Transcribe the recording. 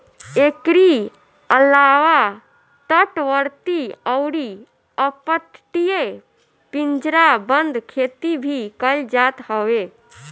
एकरी अलावा तटवर्ती अउरी अपतटीय पिंजराबंद खेती भी कईल जात हवे